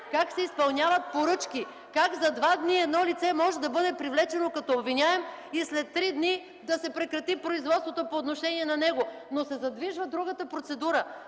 и реплики от ГЕРБ), как за два дни едно лице може да бъде привлечено като обвиняем и след три дни да се прекрати производството по отношение на него, но се задвижва другата процедура